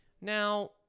now